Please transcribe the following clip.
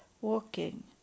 walking